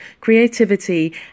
creativity